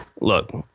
Look